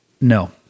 No